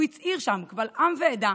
הוא הצהיר שם קבל עם ועדה